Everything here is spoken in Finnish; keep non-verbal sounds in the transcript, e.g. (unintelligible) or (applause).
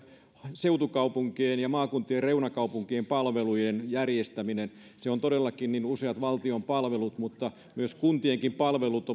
seutukaupunkien ja maakuntien reunakaupunkien palvelujen järjestäminen se on todellakin niin että useat valtion palvelut mutta myös kuntienkin palvelut (unintelligible)